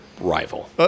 rival